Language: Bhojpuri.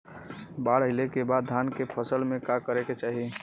बाढ़ आइले के बाद धान के फसल में का करे के चाही?